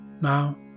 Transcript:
Now